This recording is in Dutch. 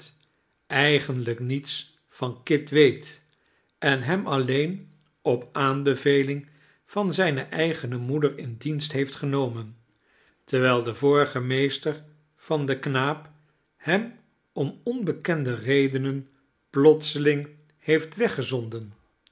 eigenlijk niets van kit weet en hem alleen op aanbeveling van zijhe eigene moeder in dienst heeft genomen terwijl de vorige meester van den knaap hem om onbekende redenen plotseling heeft